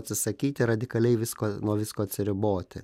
atsisakyti radikaliai visko nuo visko atsiriboti